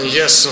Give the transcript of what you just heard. yes